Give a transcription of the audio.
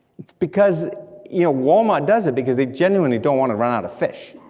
it's because you know wal-mart does it because they genuinely don't want to run out of fish.